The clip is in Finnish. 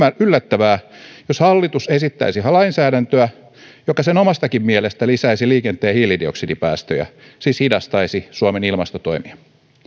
yllättävää jos hallitus esittäisi lainsäädäntöä joka sen omastakin mielestä lisäisi liikenteen hiilidioksidipäästöjä siis hidastaisi suomen ilmastotoimia